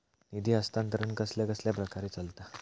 निधी हस्तांतरण कसल्या कसल्या प्रकारे चलता?